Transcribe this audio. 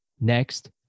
next